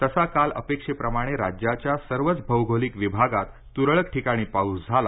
तसा काल अपेक्षेप्रमाणे राज्याच्या सर्वच भौगोलिक विभागांत त्रळक ठिकाणी पाऊस झाला